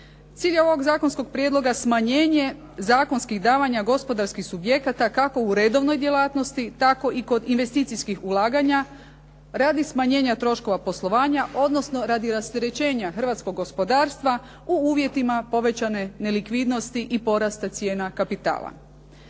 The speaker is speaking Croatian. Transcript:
Cilj je ovog zakonskog prijedloga smanjenje zakonskih davanja gospodarskih subjekata kako u redovnoj djelatnosti tako i kod investicijskih ulaganja, radi smanjenja troškova poslovanja, odnosno radi rasterećenja hrvatskog gospodarstva u uvjetima povećane nelikvidnosti i porasta cijena kapitala.